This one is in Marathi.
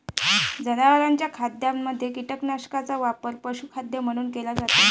जनावरांच्या खाद्यामध्ये कीटकांचा वापर पशुखाद्य म्हणून केला जातो